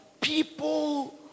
people